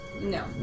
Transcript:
No